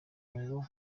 ngo